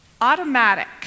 Automatic